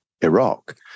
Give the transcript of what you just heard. Iraq